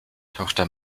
tochter